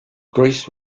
greece